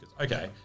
Okay